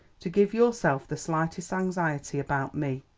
to give yourself the slightest anxiety about me.